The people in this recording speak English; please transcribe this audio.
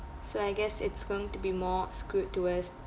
so I guess it's going to be more skewed towards